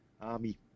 Army